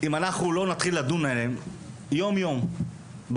אם אנחנו לא נתחיל לדון עליהם יום-יום בכנסת